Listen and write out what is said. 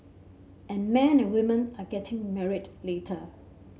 and men and women are getting married later